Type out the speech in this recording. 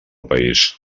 país